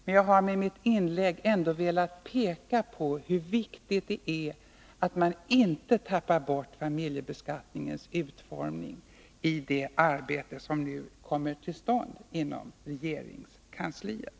Men jag har med mitt inlägg ändå velat peka på hur viktigt det är att man inte tappar bort familjebeskattningens utformning i det arbete som nu kommer till stånd inom regeringskansliet.